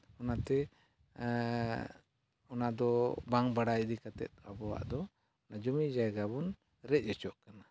ᱚᱱᱟᱛᱮ ᱚᱱᱟᱫᱚ ᱵᱟᱝ ᱵᱟᱲᱟᱭ ᱤᱫᱤ ᱠᱟᱛᱮᱫ ᱟᱵᱚᱣᱟᱜ ᱫᱚ ᱡᱩᱢᱤ ᱡᱟᱭᱜᱟ ᱵᱚᱱ ᱨᱮᱡᱽ ᱦᱚᱪᱚᱜ ᱠᱟᱱᱟ